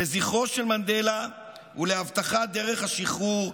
לזכרו של מנדלה ולהבטחת דרך השחרור,